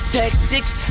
tactics